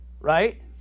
Right